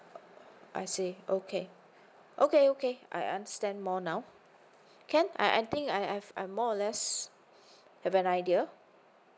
I see okay okay okay I understand more now can I I think I I've I've more or less have an idea